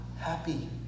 happy